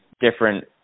different